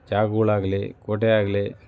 ಜಾಗಗಳು ಆಗಲಿ ಕೋಟೆಯಾಗಲಿ